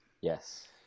Yes